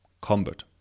combat